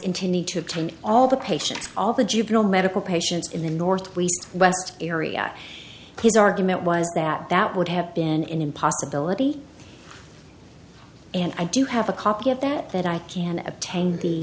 need to obtain all the patients all the juvenile medical patients in the north west area his argument was that that would have been in possibility and i do have a copy of that that i can obtain the